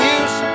use